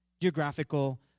geographical